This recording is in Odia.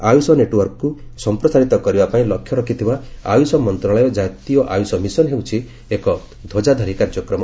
ଆୟୁଷ ନେଟୱାର୍କକ୍ ସମ୍ପ୍ରସାରିତ କରିବା ପାଇଁ ଲକ୍ଷ୍ୟ ରଖିଥିବା 'ଆୟୁଷ ମନ୍ତ୍ରଣାଳୟ ଜାତୀୟ ଆୟୁଷ ମିଶନ୍' ହେଉଛି ଏକ ଧ୍ୱଜାଧାରୀ କାର୍ଯ୍ୟକ୍ରମ